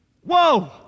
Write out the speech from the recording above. Whoa